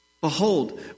Behold